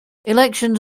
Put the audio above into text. elections